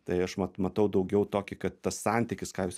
tai aš mat matau daugiau tokį kad tas santykis ką jūs